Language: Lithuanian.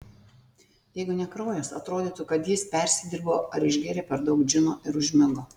jeigu ne kraujas atrodytų kad jis persidirbo ar išgėrė per daug džino ir užmigo